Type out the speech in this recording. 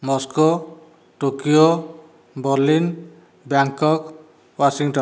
Moscow Tokyo Berlin Bangkok Washington